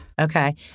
Okay